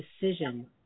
decision